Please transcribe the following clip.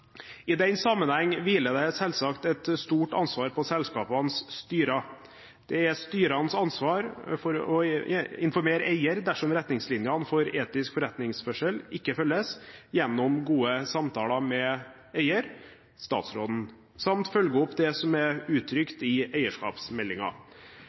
I den sammenheng hviler det selvsagt et stort ansvar på selskapenes styrer. Det er styrenes ansvar å informere eier dersom retningslinjene for etisk forretningsførsel ikke følges, gjennom gode samtaler med eier, som er statsråden, samt følge opp det som er